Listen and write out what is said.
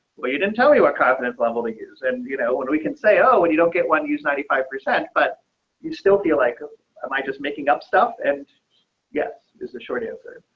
well, you didn't tell me what confidence level that is and you know when we can say, oh, and you don't get one use ninety five percent but you still feel like ah i might just making up stuff and yes is the short answer.